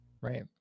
Right